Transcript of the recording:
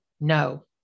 No